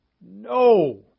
No